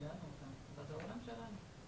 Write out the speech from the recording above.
זה לא שלא הלכנו להחמרה.